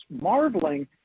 marveling